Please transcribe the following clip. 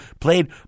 played